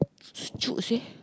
sejuk seh